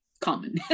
common